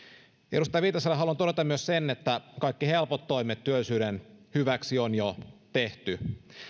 edustaja viitaselle haluan todeta myös sen että kaikki helpot toimet työllisyyden hyväksi on jo tehty